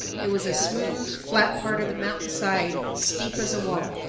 it was a smooth, flat part of the mountain's side, steep as a wall.